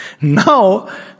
Now